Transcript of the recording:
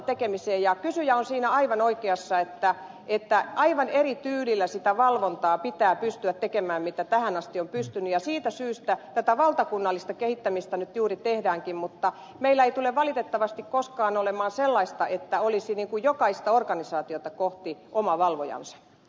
kysyjä on siinä aivan oikeassa että aivan eri tyylillä sitä valvontaa pitää pystyä tekemään mitä tähän asti on pystytty ja siitä syystä tätä valtakunnallista kehittämistä nyt juuri tehdäänkin mutta meillä ei tule valitettavasti koskaan olemaan sellaista että olisi niin kuin jokaista organisaatiota kohti oma valvojansa